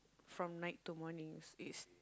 from night to morning it's